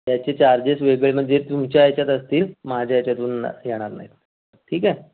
त्याचे चार्जेस वेगळे म्हणजे तुमच्या याच्यात असतील माझ्या याच्यातून ना येणार नाही आहेत ठीक आहे